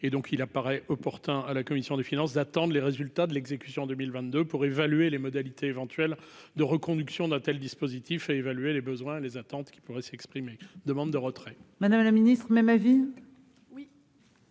et donc il apparaît opportun à la commission des finances d'attendent les résultats de l'exécution 2022 pour évaluer les modalités éventuelle de reconduction d'un tel dispositif et évaluer les besoins, les attentes qui pourrait s'exprimer : demande de retrait. Madame la Ministre même avis